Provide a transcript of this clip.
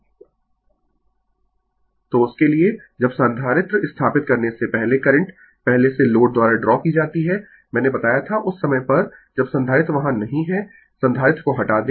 Refer Slide Time 1954 तो उसके लिए जब संधारित्र स्थापित करने से पहले करंट पहले से लोड द्वारा ड्रा की जाती है मैंने बताया था उस समय पर जब संधारित्र वहां नहीं है संधारित्र को हटा दें